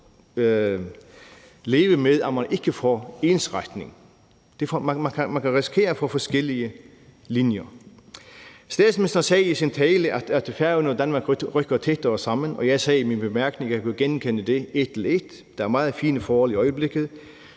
at man ikke får ensretning. Man kan risikere at få forskellige linjer. Statsministeren sagde i sin tale, at Færøerne og Danmark rykker tættere sammen, og jeg sagde i min bemærkning, at jeg kunne genkende det en til en. Der er et meget fint forhold i øjeblikket,